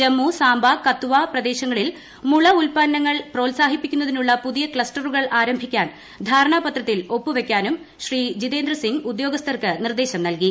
ജമ്മു സാംബ കത്വ പ്രദേശങ്ങളിൽ മുള ഉത്പന്നങ്ങൾ പ്രോത്സാഹിപ്പിക്കുന്നതിനുളളി പുതിയ ക്ലസ്റ്ററുകൾ ആരംഭിക്കാൻ ധാരണാ പത്രത്തിൽ ഒഷ്പുപ്പക്കാനും ശ്രീ ജിതേന്ദ്ര സിംഗ് ഉദ്യോഗസ്ഥർക്ക് നിർദ്ദേശ് നൽകി